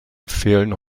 fehlen